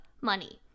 money